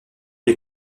des